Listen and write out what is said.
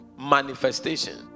manifestation